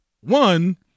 one